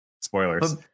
spoilers